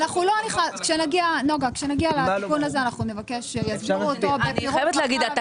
אני חייבת לומר.